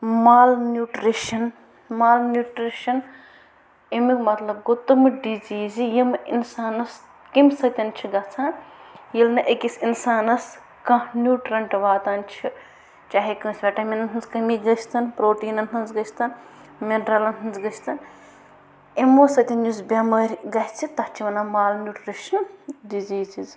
مال nutrition malnutrition اَمیُک مطلب گوٚو تِمہٕ ڈِزیٖزِ یِم اِنسانَس کَمہِ سۭتۍ چھِ گژھان ییٚلہِ نہٕ أکِس اِنسانَس کانٛہہ نیوٗٹرَنٛٹ واتان چھِ چاہے کٲنٛسہِ وٮ۪ٹٮ۪مِنَن ہٕنٛز کٔمی گٔژھۍتَن پرٛوٹیٖنَن ہٕنٛز گٔژھۍتَن مِنرَلَن ہٕنٛز گٔژھۍتَن یِمو سۭتۍ یُس بٮ۪مٲرۍ گژھِ تَتھ چھِ وَنان مال نیوٗٹِرٛشنَل ڈِزیٖزِز